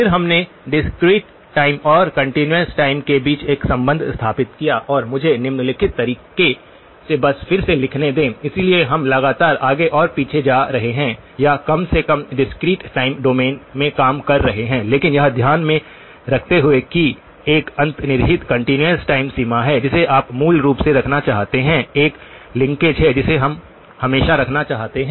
फिर हमने discrete time और कंटीन्यूअस टाइम के बीच एक संबंध स्थापित किया और मुझे निम्नलिखित तरीके से बस फिर से लिखने दें इसलिए हम लगातार आगे और पीछे जा रहे हैं या कम से कम डिस्क्रीट टाइम डोमेन में काम कर रहे हैं लेकिन यह ध्यान में रखते हुए कि एक अंतर्निहित कंटीन्यूअस टाइम सीमा है जिसे आप मूल रूप से रखना चाहते हैं एक लिंकेज है जिसे हम हमेशा रखना चाहते हैं